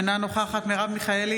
אינה נוכחת מרב מיכאלי,